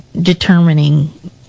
determining